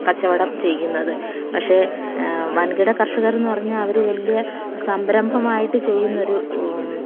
കച്ചവടം ചെയ്യുന്നത് പക്ഷേ വൻകിട കർഷകർ എന്ന് പറഞ്ഞാൽ അവർ വലിയ സംരംഭമായിട്ട് ചെയ്യുന്നൊരു